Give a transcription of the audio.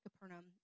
Capernaum